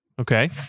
Okay